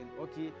okay